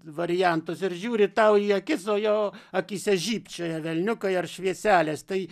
variantus ir žiūri tau į akis o jo akyse žybčioja velniukai ar švieselės tai